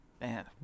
Man